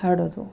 ಹಾಡೋದು